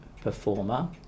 performer